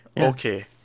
Okay